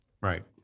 Right